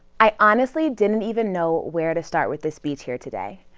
i honestly didn't even know where to start with this speech here today.